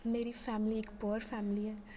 मेरी फैमिली इक poor family ऐ